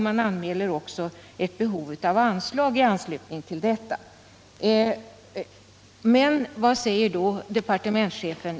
Man anmäler också ett behov av anslag i anslutning till detta. Men vad säger då departementschefen?